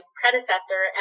predecessor